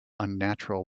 unnatural